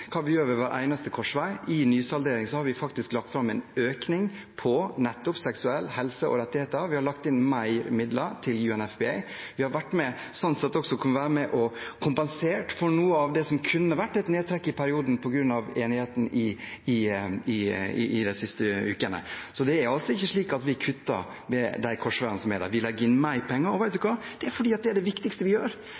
hva vi gjør ved hver eneste korsvei. I nysalderingen har vi faktisk lagt inn en økning til nettopp seksuell helse og rettigheter, vi har lagt inn mer midler til UNFPA. Vi har sånn sett også kunnet være med og kompensere for noe av det som kunne vært et nedtrekk i perioden, på grunn av enigheten de siste ukene. Så det er altså ikke slik at vi kutter ved de korsveiene som er der. Vi legger inn mer penger. Og